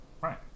Right